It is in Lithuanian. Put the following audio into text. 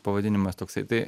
pavadinimas toksai tai